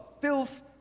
filth